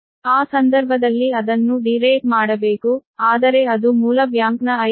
ಆ ಸಂದರ್ಭದಲ್ಲಿ ಅದನ್ನು ಡಿ ರೇಟ್ ಮಾಡಬೇಕು ಆದರೆ ಅದು ಮೂಲ ಬ್ಯಾಂಕ್ನ 57